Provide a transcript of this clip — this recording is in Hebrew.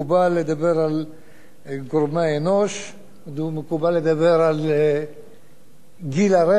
על גיל הרכב ועל טיב הדרכים,